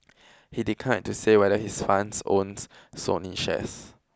he declined to say whether his funds owns Sony shares